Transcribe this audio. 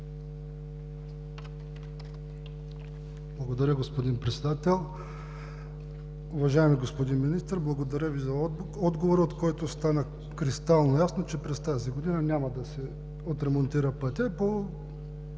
Благодаря Ви, господин Председател. Уважаеми господин Министър, благодаря Ви за отговора, от който стана кристално ясно, че през тази година няма да се отремонтира пътят